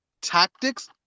tactics